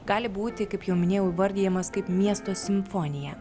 gali būti kaip jau minėjau įvardijamas kaip miesto simfonija